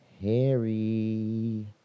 Harry